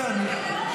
לא להפריע, לא להפריע.